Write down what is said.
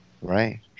Right